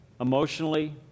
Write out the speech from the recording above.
emotionally